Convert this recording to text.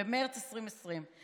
במרץ 2020,